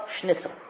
schnitzel